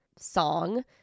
song